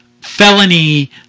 felony